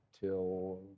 till